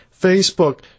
Facebook